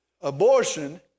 Abortion